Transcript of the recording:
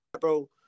bro